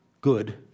good